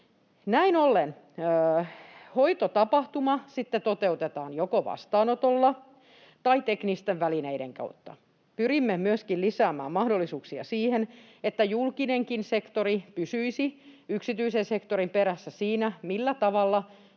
Näin ollen hoitotapahtuma sitten toteutetaan joko vastaanotolla tai teknisten välineiden kautta. Pyrimme myöskin lisäämään mahdollisuuksia siihen, että julkinenkin sektori pysyisi yksityisen sektorin perässä siinä, millä tavalla